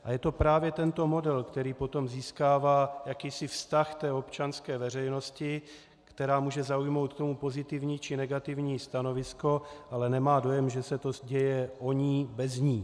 A je to právě tento model, který potom získává jakýsi vztah občanské veřejnosti, která k tomu může zaujmout pozitivní či negativní stanovisko, ale nemá dojem, že se to děje o ní bez ní.